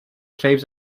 claims